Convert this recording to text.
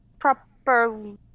properly